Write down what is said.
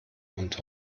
unter